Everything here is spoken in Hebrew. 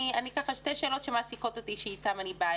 שתי שאלות שמעסיקות איתי, שאיתן אני באה.